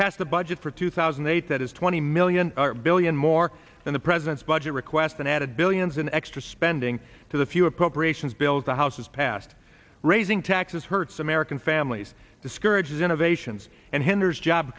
pass the budget for two thousand and eight that is twenty million billion more than the president's budget request and added billions in extra spending to the few appropriations bills the house has passed raising taxes hurts american families discourages innovations and hinders job